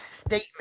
statement